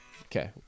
Okay